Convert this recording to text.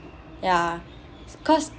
ya cause